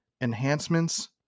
enhancements